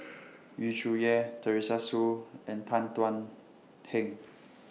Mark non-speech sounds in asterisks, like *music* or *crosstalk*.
*noise* Yu Zhuye Teresa Hsu and Tan Thuan Heng